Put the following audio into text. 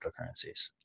cryptocurrencies